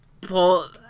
pull